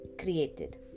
created